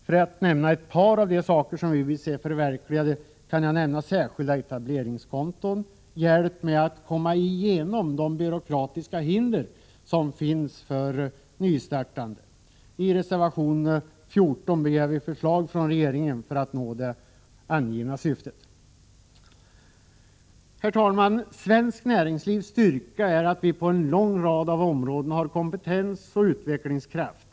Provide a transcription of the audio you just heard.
För att framhålla ett par av de saker vi vill se förverkligade kan jag nämna särskilda etableringskonton och hjälp med att komma igenom de byråkratiska hinder som finns för nystartande. I reservation 14 begär vi förslag från regeringen för att nå det angivna syftet. Herr talman! Svenskt näringslivs styrka är att vi på en lång rad av områden har kompetens och utvecklingskraft.